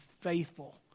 faithful